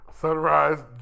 Sunrise